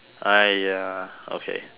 !aiya! okay